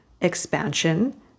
expansion